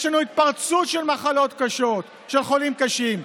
יש לנו התפרצות של מחלות קשות, של חולים קשים,